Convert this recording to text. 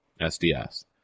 SDS